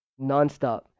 nonstop